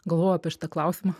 galvojau apie šitą klausimą